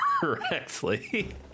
correctly